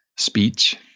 speech